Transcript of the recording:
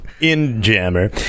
in-jammer